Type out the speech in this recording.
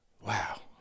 Wow